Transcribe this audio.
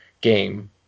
game